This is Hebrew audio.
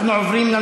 אתה יודע מה,